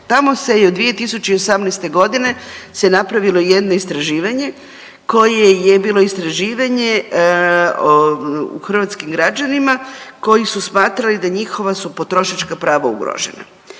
Tamo se je od 2018.g. se napravilo jedno istraživanje koje je bilo istraživanje o hrvatskim građanima koji su smatrali da njihova su potrošačka prava ugrožena.